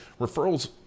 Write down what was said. referrals